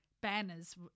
Banners